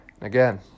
Again